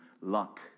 luck